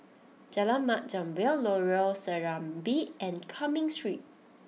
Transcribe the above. Jalan Mat Jambol Lorong Serambi and Cumming Street